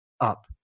up